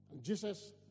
Jesus